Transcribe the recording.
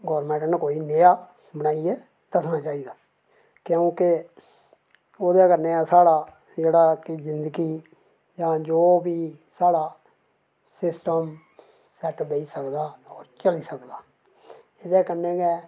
government नै कोई नेहा बनाइयै करना चाहिदा क्योंकि ओह्दे कन्नै साढ़ा जेह्ड़ी जिंदगी जां कोई बी साढ़ा सिस्टम सेट बेही सकदा होर चली सकदा एह्दे कन्नै गै